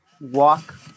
walk